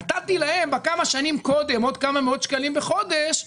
נתתי להם כמה שנים קודם עוד כמה מאות שקלים בחודש,